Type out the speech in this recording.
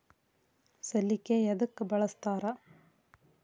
ಸಲಿಕೆ ಯದಕ್ ಬಳಸ್ತಾರ?